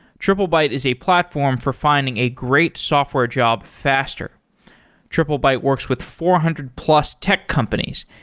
triplebyte is a platform for finding a great software job faster triplebyte works with four hundred plus tech companies,